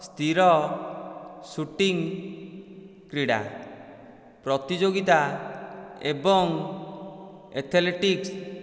ସ୍ଥିର ସୁଟିଂ କ୍ରୀଡ଼ା ପ୍ରତିଯୋଗିତା ଏବଂ ଏଥଲେଟିକ୍ସ